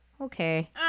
okay